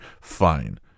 fine